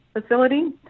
facility